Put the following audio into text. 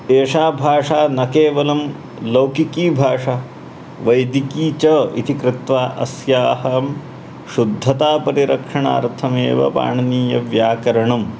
एषा भाषा न केवलं लौकिकी भाषा वैदिकी च इति कृत्वा अस्याहं शुद्धतापरिरक्षणार्थमेव पाणिनीयव्याकरणम्